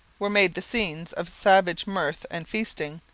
were made the scenes of savage mirth and feasting.